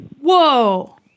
Whoa